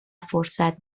فرصت